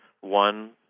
one